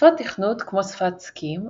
שפות תכנות כמו שפת Scheme,